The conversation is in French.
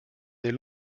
des